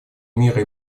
мира